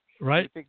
Right